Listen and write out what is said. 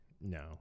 No